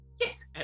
Yes